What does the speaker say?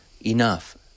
enough